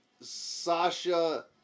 Sasha